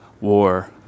war